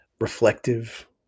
reflective